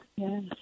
Yes